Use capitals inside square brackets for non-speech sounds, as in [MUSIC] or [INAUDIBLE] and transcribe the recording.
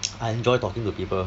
[NOISE] I enjoy talking to people